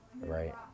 right